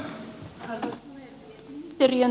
arvoisa puhemies